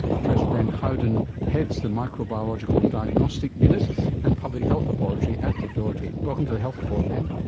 professor ben howden heads the microbiological diagnostic unit and public health laboratory at the doherty. welcome to the health report, ben.